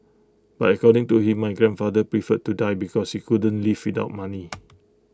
but according to him my grandfather preferred to die because he couldn't live without money